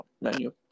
menu